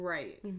Right